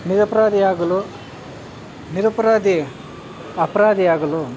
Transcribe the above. ನಿರಪರಾಧಿಯಾಗಲು ನಿರಪರಾಧಿ ಅಪರಾಧಿ ಆಗಲು